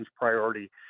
priority